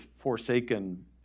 forsaken